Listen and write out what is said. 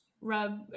rub